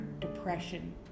depression